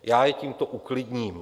Já je tímto uklidním.